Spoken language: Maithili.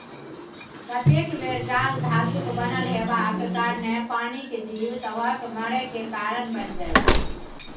कतेक बेर जाल धातुक बनल हेबाक कारणेँ पानिक जीब सभक मरय केर कारण बनि जाइ छै